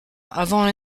avant